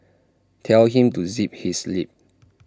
tell him to zip his lip